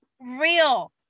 real